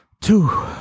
two